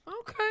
Okay